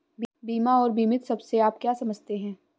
बीमा और बीमित शब्द से आप क्या समझते हैं?